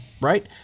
Right